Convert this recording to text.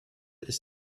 ist